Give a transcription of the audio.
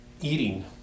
Eating